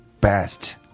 best